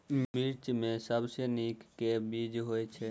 मिर्चा मे सबसँ नीक केँ बीज होइत छै?